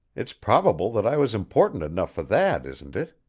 it's probable that i was important enough for that, isn't it?